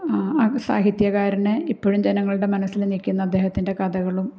ആ സാഹിത്യകാരനെ ഇപ്പോഴും ജനങ്ങളുടെ മനസ്സിൽ നിൽക്കുന്നത് അദ്ദേഹത്തിൻ്റെ കഥകളും